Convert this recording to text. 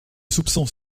soupçons